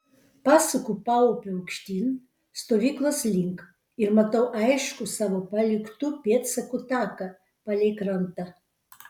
pasuku paupiu aukštyn stovyklos link ir matau aiškų savo paliktų pėdsakų taką palei krantą